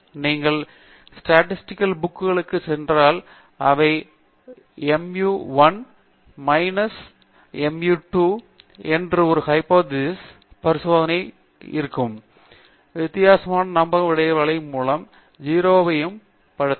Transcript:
நீங்கள் statistical book களுக்குச் சென்றால் அவை மீயு 1 மைனஸ் மீயு 2 என்ற ஒரு ஹைப்போதீசிஸ் பரிசோதனையைச் சோதிப்பது என்பது வித்தியாசத்திற்கான நம்பக இடைவெளியைக் கவனிப்பதன் மூலம் 0 ஐயும் நடத்தலாம்